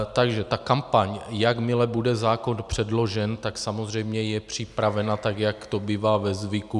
Takže ta kampaň, jakmile bude zákon předložen, tak samozřejmě je připravena tak, jak to bývá ve zvyku.